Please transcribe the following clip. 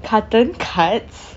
carton cuts